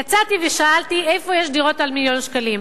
יצאתי ושאלתי, איפה יש דירות של מיליון שקלים,